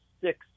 six